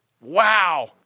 Wow